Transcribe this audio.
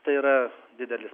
tai yra didelis